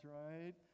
right